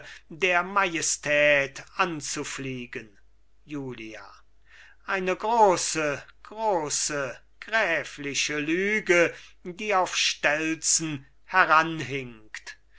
der majestät anzufliegen julia eine große große gräfliche lüge die auf stelzen